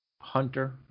Hunter